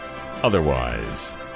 otherwise